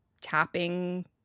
tapping